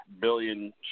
billion